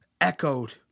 echoed